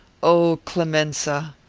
o clemenza!